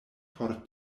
por